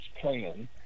plan